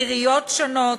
עיריות שונות,